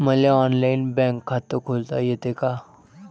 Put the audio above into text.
मले online bank खात खोलता येते का?